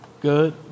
good